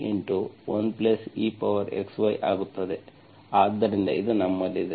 ಆದ್ದರಿಂದ ಇದು ನಮ್ಮಲ್ಲಿದೆ